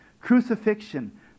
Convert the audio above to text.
crucifixion